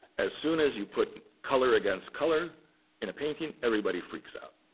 as soon as you put color against color in a painting, everybody freaks out.